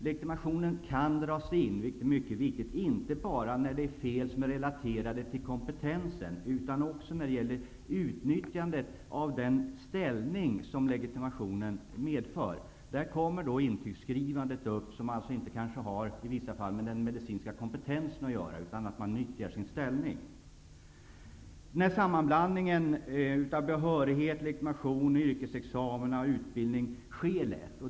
Legitimationen kan dras in, vilket är mycket viktigt, inte bara när det handlar om fel som är relaterade till kompetensen utan också när det handlar om utnyttjande av den ställning som legitimationen medför för en person. I detta sammanhang kommer intygsskrivandet upp, som i vissa fall kanske inte har med den medicinska kompetensen att göra utan med att personen i fråga utnyttjar sin ställning. En sammanblandning beträffande behörighet, legitimation, yrkesexamen och utbildning sker lätt.